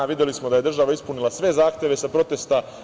Videli smo da je država ispunila sve zahteve sa protesta.